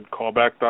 Callback